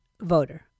voter